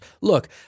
Look